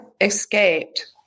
escaped